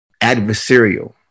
adversarial